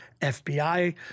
FBI